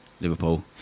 Liverpool